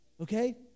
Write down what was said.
Okay